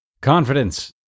Confidence